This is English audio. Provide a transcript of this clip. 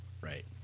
Right